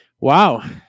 Wow